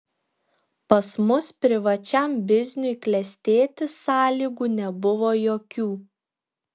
pas mus privačiam bizniui klestėti sąlygų nebuvo jokių